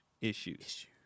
Issues